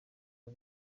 uru